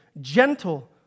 gentle